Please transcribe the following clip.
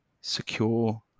secure